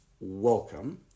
welcome